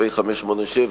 פ/587,